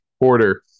quarter